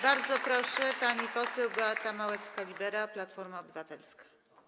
Bardzo proszę, pani poseł Beata Małecka-Libera, Platforma Obywatelska.